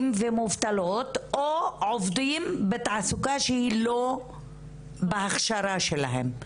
ומובטלות, או עובדים בתעסוקה שהיא לא בהכשרה שלהם.